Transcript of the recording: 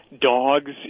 dogs